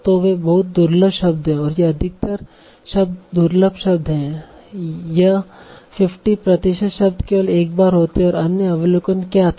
तो वे बहुत दुर्लभ शब्द हैं और यह अधिकतर शब्द दुर्लभ शब्द हैं यह 50 प्रतिशत शब्द केवल एक बार होते हैं और अन्य अवलोकन क्या था